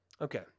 Okay